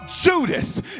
judas